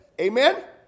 Amen